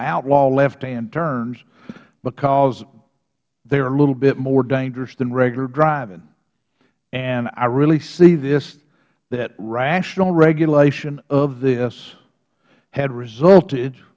outlaw lefthand turns because they are a little bit more dangerous than regular driving and i really see this that rational regulation of this had resulted